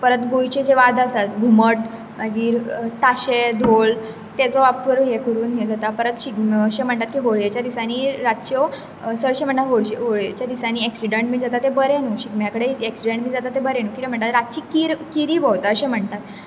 परत गोंयचे जे वाद्य आसा घुमट मागीर ताशे धोल तेजो वापर हे करून परत अशें म्हणटात की होळ्येच्या दिसांनी रातच्यो चडशे म्हणटात होळ्येच्या दिसांनी एक्सिडंट बी जातात ते बरे न्हू कित्याक रातची कीर किरी बी भोंवतात अशें म्हणटात